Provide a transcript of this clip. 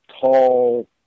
tall